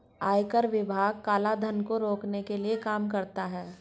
आयकर विभाग काला धन को रोकने के लिए काम करता है